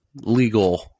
legal